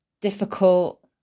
difficult